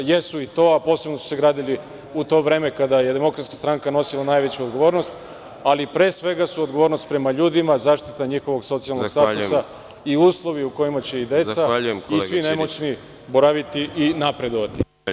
Jeste i to, ali posebno su se gradili u to vreme kada je DS nosila najveću odgovornost, ali pre svega su odgovornost prema ljudima, zaštita njihovog socijalnog statusa i uslovi u kojima će i deca i svi nemoćni napraviti i napredovati.